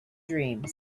dreams